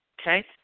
Okay